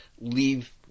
leave